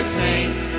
paint